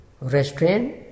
restrain